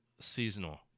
seasonal